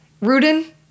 Rudin